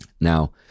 Now